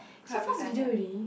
quite a few times right